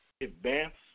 advanced